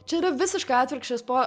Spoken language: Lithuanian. čia yra visiškai atvirkščias po